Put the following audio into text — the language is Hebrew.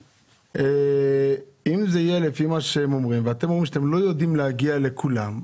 ואם אתם אומרים שאתם לא יודעים להגיע לכולם,